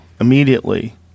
immediately